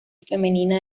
femenina